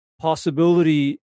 possibility